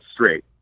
straight